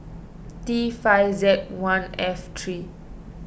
T five Z one F three